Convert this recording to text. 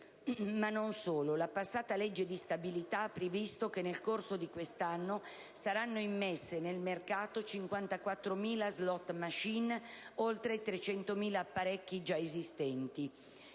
Non solo. La passata legge di stabilità ha previsto che nel corso di quest'anno saranno immesse nel mercato 54.000 *slot machine*, oltre ai 300.000 apparecchi già esistenti.